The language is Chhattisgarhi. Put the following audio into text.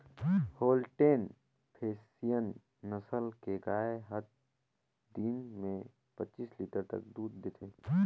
होल्टेन फेसियन नसल के गाय हत दिन में पच्चीस लीटर तक दूद देथे